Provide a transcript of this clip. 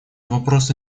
вопросы